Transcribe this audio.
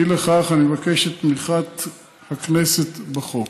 אי לכך, אני מבקש את תמיכת הכנסת בחוק.